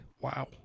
wow